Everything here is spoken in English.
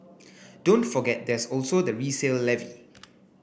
don't forget there's also the resale levy